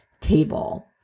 table